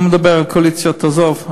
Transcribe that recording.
לא מדבר על קואליציה, תעזוב.